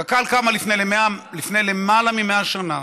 קק"ל קמה לפני למעלה מ-100 שנה,